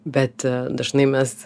bet dažnai mes